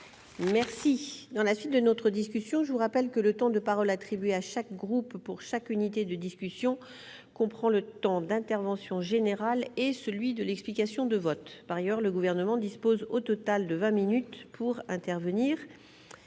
Merci dans la suite de notre discussion, je vous rappelle que le temps de parole attribués à chaque groupe pour chaque unité de discussion qu'on prend le temps d'intervention général et celui de l'explication de vote par ailleurs le gouvernement dispose au total de 20 minutes pour intervenir